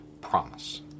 Promise